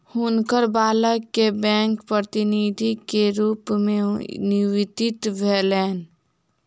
हुनकर बालक के बैंक प्रतिनिधि के रूप में नियुक्ति भेलैन